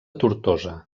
tortosa